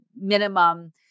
minimum